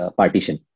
partition